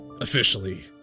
officially